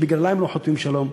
שבגללה הם לא חותמים שלום,